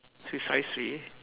precisely